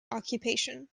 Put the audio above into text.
occupation